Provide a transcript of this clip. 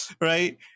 right